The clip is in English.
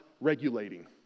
regulating